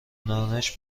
دانش